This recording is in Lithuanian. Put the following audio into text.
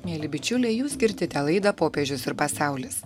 mieli bičiuliai jūs girdite laidą popiežius ir pasaulis